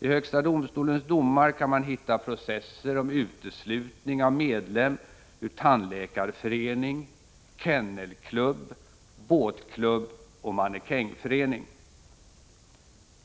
I högsta domstolens domar kan man hitta processer om uteslutning av medlem ur tandläkarförening, kennelklubb, båtklubb och mannekängförening.